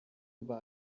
über